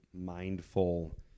mindful